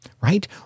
right